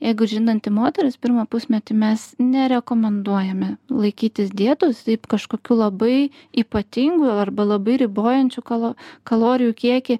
jeigu žindanti moteris pirmą pusmetį mes nerekomenduojame laikytis dietos taip kažkokių labai ypatingų arba labai ribojančių kalo kalorijų kiekį